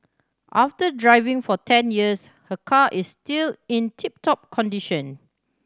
after driving for ten years her car is still in tip top condition